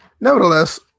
Nevertheless